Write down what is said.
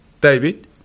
David